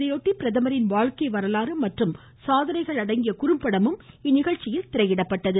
இதையொட்டி பிரதமரின் வாழ்க்கை வரலாறு மற்றும் சாதனைகள் அடங்கிய குறும்படமும் இந்நிகழ்ச்சியில் திரையிடப்பட்டது